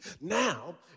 Now